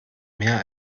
mehr